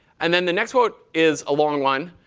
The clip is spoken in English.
and then the next quote is a long one.